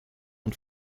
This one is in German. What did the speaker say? und